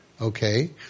okay